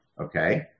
Okay